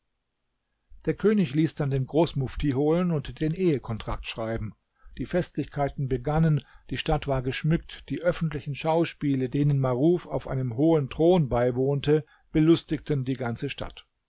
der könig ließ dann den großmufti holen und den ehekontrakt schreiben die festlichkeiten begannen die stadt war geschmückt die öffentlichen schauspiele denen maruf auf einem hohen thron beiwohnte belustigten die ganze stadt